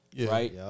Right